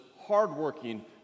hardworking